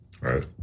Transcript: right